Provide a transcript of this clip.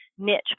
niche